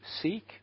seek